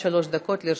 עד שלוש דקות לרשותך.